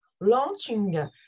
launching